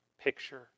picture